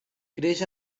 creix